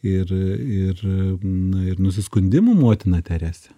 ir ir na ir nusiskundimų motina terese